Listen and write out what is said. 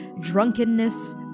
drunkenness